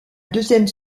deuxième